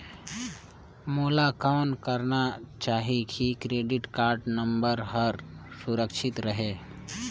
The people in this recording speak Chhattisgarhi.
मोला कौन करना चाही की क्रेडिट कारड नम्बर हर सुरक्षित रहे?